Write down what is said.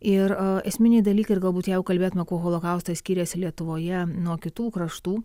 ir esminiai dalykai ir galbūt jeigu kalbėtume kuo holokaustas skiriasi lietuvoje nuo kitų kraštų